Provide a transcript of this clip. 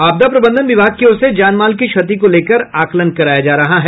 आपदा प्रबंधन विभाग की ओर से जान माल की क्षति को लेकर आकलन कराया जा रहा है